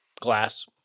glass